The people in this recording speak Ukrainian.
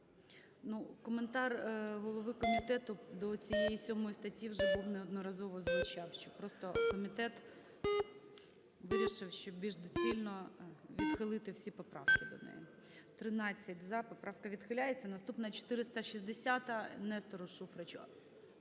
коментар голови комітету до цієї 7 статті вже був, неодноразово звучав. Просто комітет вирішив, що більш доцільно відхилити всі поправки до неї. 17:05:33 За-13 Поправка відхиляється. Наступна 460-а, Нестору Шуфричу.